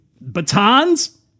batons